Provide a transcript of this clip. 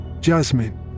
Jasmine